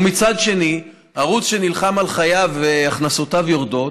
מצד שני, ערוץ שנלחם על חייו והכנסותיו יורדות,